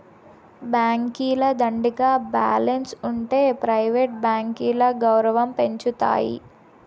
బాంకీల దండిగా బాలెన్స్ ఉంటె ప్రైవేట్ బాంకీల గౌరవం పెంచతాయి